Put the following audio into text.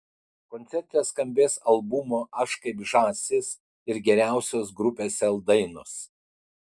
koncerte skambės albumo aš kaip žąsis ir geriausios grupės sel dainos